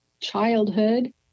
childhood